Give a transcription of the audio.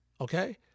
okay